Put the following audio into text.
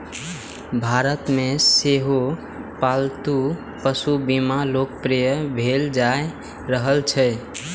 भारत मे सेहो पालतू पशु बीमा लोकप्रिय भेल जा रहल छै